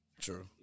True